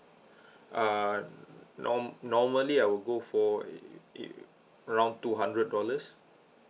uh nor~ normally I will go for it around two hundred dollars